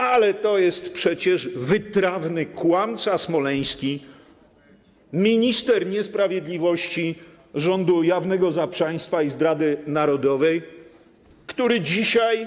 Ale to jest przecież wytrawny kłamca smoleński, minister niesprawiedliwości rządu jawnego zaprzaństwa i zdrady narodowej, który dzisiaj